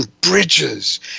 bridges